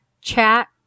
chat